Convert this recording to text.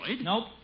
Nope